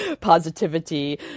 positivity